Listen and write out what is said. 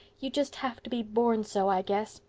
you just have to be born so, i guess.